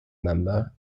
member